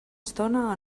estona